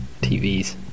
TVs